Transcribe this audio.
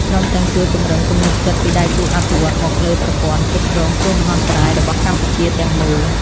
ព្រមទាំងជួយពង្រឹងទំនុកចិត្តពីដៃគូអភិវឌ្ឍន៍មកលើប្រព័ន្ធគ្រប់គ្រងគ្រោះមហន្តរាយរបស់កម្ពុជាទាំងមូល។